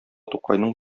тукайның